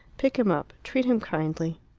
pick him up. treat him kindly.